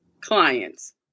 clients